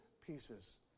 pieces